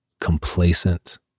complacent